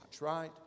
right